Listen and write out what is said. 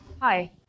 Hi